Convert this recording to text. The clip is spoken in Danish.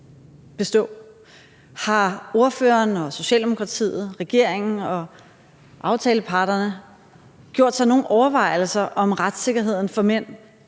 Har ordføreren og Socialdemokratiet, regeringen og aftaleparterne gjort sig nogen overvejelser om retssikkerheden for mænd